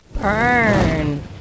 Burn